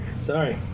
Sorry